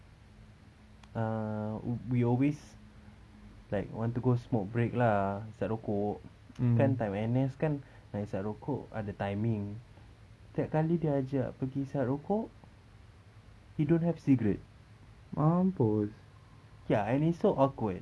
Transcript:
err we always like want to go smoke break lah hisap rokok kan time N_S kan nak hisap rokok ada timing setiap kali dia ajak pergi hisap rokok he don't have cigarette ya and it's so awkward